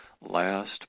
Last